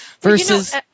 versus